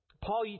Paul